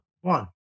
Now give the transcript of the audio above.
One